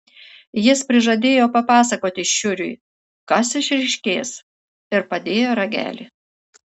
jis prižadėjo papasakoti šiuriui kas išryškės ir padėjo ragelį